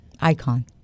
Icon